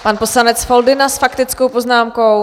Pan poslanec Foldyna s faktickou poznámkou.